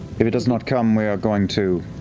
if he does not come, we are going to